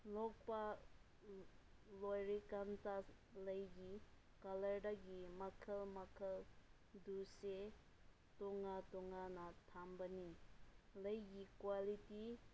ꯂꯣꯛꯄ ꯂꯣꯏꯔꯀꯥꯟꯇ ꯂꯩꯒꯤ ꯀꯂꯔꯗꯒꯤ ꯃꯈꯜ ꯃꯈꯜꯗꯨꯁꯦ ꯇꯣꯉꯥꯟ ꯇꯣꯉꯥꯟꯅ ꯊꯝꯕꯅꯤ ꯂꯩꯒꯤ ꯀ꯭ꯋꯥꯂꯤꯇꯤ